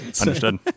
Understood